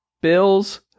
bills